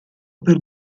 per